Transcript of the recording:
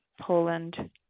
Poland